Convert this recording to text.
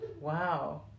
Wow